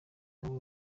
nabo